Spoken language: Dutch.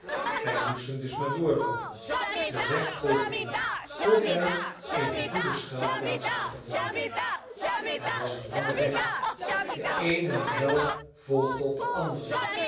wij moesten dus maar doorloopen den weg volgende tot wij eene goede schuilplaats hadden gevonden het was een lange weg de eene mijl volgde op de andere